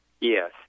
Yes